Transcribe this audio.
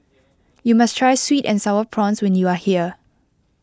you must try sweet and Sour Prawns when you are here